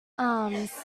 arms